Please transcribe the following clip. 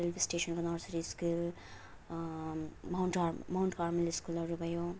railway स्टेसनको nursery school Mount हर Mount Carmel स्कुलहरू भयो